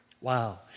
Wow